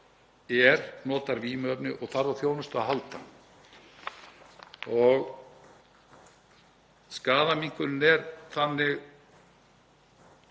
er, notar vímuefni og þarf á þjónustu að halda. Skaðaminnkunin er þannig